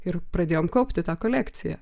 ir pradėjom kaupti tą kolekciją